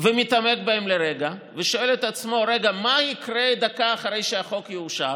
ומתעמק בהם לרגע ושואל את עצמו מה יקרה דקה אחרי שהחוק יאושר,